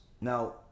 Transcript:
now